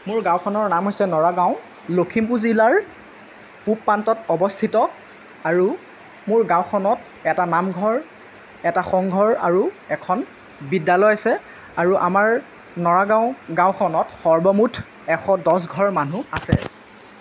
মোৰ গাঁওখনৰ নাম হৈছে নৰাগাঁও লখিমপুৰ জিলাৰ পূৱ প্ৰান্তত অৱস্থিত আৰু মোৰ গাঁওখনত এটা নামঘৰ এটা সংঘৰ আৰু এখন বিদ্যালয় আছে আৰু আমাৰ নৰাগাঁও গাঁওখনত সৰ্বমুঠ এশ দহঘৰ মানুহ আছে